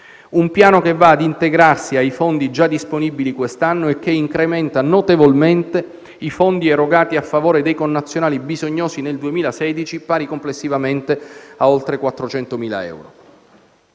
un piano che va a integrarsi ai fondi già disponibili quest'anno e che incrementa notevolmente i fondi erogati a favore dei connazionali bisognosi nel 2016, pari complessivamente a oltre 400.000 euro.